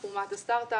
אנחנו אומת הסטרטאפ.